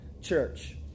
church